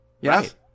Yes